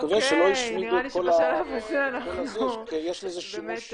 אני מקווה שלא השמידו את כל ה- -- כי יש לזה שימוש